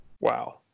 Wow